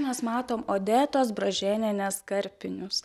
mes matom odetos bražėnienės karpinius